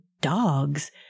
dogs